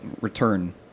return